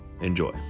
enjoy